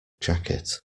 jacket